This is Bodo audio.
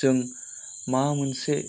जों माबा मोनसे